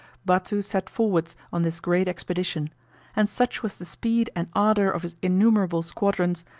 batou set forwards on this great expedition and such was the speed and ardor of his innumerable squadrons,